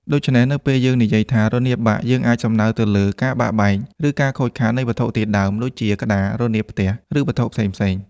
ដូច្នេះ នៅពេលយើងនិយាយថា រនាបបាក់ យើងអាចសំដៅទៅលើ ការបាក់បែក ឬការខូចខាតនៃវត្ថុធាតុដើម ដូចជា ក្តារ រនាបផ្ទះ ឬវត្ថុផ្សេងៗ។